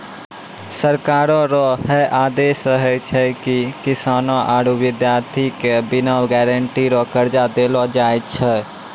सरकारो रो है आदेस रहै छै की किसानो आरू बिद्यार्ति के बिना गारंटी रो कर्जा देलो जाय छै